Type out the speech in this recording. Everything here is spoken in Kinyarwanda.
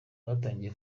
batangiye